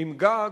עם גג.